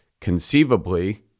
conceivably